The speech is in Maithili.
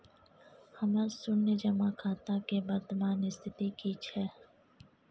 हमर शुन्य जमा खाता के वर्तमान स्थिति की छै?